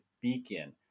beacon